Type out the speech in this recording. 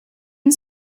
and